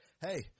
Hey